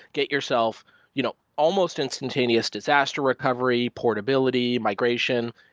get yourself you know almost instantaneous disaster recovery, portability, migration.